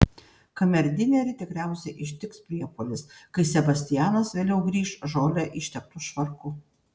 kamerdinerį tikriausiai ištiks priepuolis kai sebastianas vėliau grįš žole išteptu švarku